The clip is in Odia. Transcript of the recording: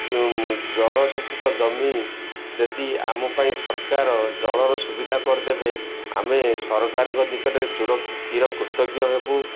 ଯେଉଁ ଜଳସେଚିତ ଜମି ଯଦି ଆମ ପାଇଁ ସରକାର ଜଳର ସୁବିଧା କରିଦେବେ ଆମେ ସରକାରଙ୍କ ନିକଟରେ ଚିର କୃତଜ୍ଞ ହେବୁ